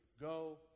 Go